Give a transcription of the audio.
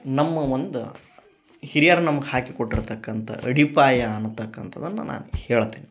ನಮ್ಮ ಒಂದು ಹಿರಿಯರು ನಮಗೆ ಹಾಕಿ ಕೊಟ್ಟಿರ್ತಕ್ಕಂಥ ಅಡಿಪಾಯ ಅಂತಕ್ಕಂಥದ್ದನ್ನ ನಾನು ಹೇಳ್ತೀನಿ